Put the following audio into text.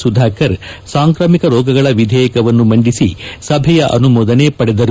ಸುಧಾಕರ್ ಸಾಂಕಾಮಿಕ ರೋಗಗಳ ವಿಧೇಯಕವನ್ನು ಮಂಡಿಸಿ ಸಭೆಯ ಅನುಮೋದನೆ ಪಡೆದರು